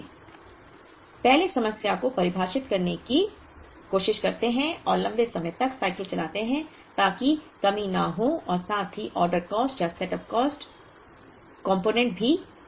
तो चलिए पहले समस्या को परिभाषित करने की कोशिश करते हैं और लंबे समय तक साइकिल चलाते हैं ताकि कमी न हो और साथ ही ऑर्डर कॉस्ट या सेटअप कॉस्ट कंपोनेंट भी